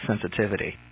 sensitivity